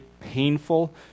painful